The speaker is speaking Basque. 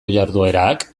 jarduerak